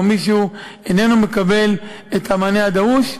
או שמישהו איננו מקבל את המענה הדרוש,